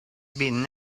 been